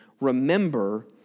remember